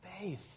faith